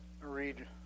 Read